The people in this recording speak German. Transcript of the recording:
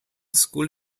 school